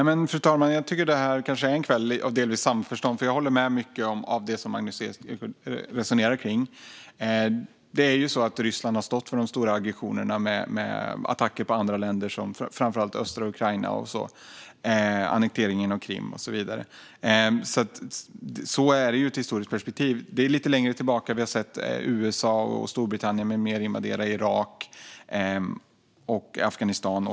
Fru talman! Jag tycker att detta är en kväll av delvis samförstånd. Jag håller med i mycket av det som Magnus Ek resonerar kring. Det stämmer ju att Ryssland har stått för de stora aggressionerna med attacker på andra länder, framför allt östra Ukraina, annekteringen av Krim och så vidare. Så är det ju i ett historiskt perspektiv. Lite längre tillbaka har vi sett USA, Storbritannien med flera invadera Irak och Afghanistan.